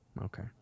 okay